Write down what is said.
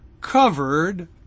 covered